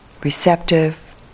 Receptive